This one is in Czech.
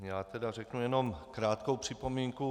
Já tedy řeknu jenom krátkou připomínku.